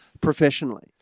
professionally